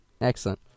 Excellent